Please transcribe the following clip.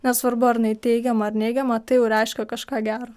nesvarbu ar jinai teigiama ar neigiama tai jau reiškia kažką gero